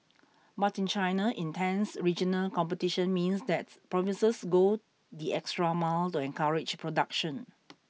but in China intense regional competition means that provinces go the extra mile to encourage production